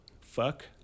fuck